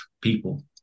people